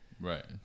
right